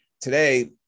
today